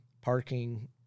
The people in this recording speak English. Parking